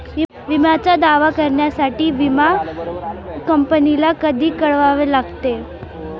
विम्याचा दावा करण्यासाठी विमा कंपनीला कधी कळवावे लागते?